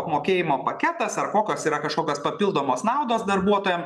apmokėjimo paketas ar kokios yra kažkokios papildomos naudos darbuotojam